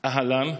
אהלן,